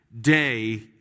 day